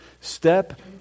Step